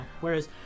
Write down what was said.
whereas